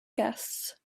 guests